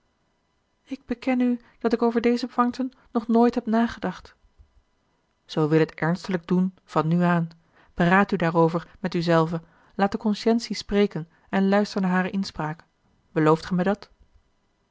ik bekenne u dat ik over deze poincten nog nooit heb nagedacht zoo wil het ernstiglijk doen van nu aan beraad u daarover met u zelve laat de consciëntie spreken en luister naar hare inspraak belooft gij mij dat